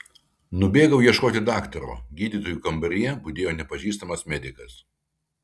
nubėgau ieškoti daktaro gydytojų kambaryje budėjo nepažįstamas medikas